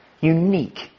unique